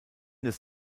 des